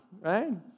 right